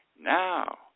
now